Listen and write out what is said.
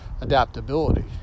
adaptability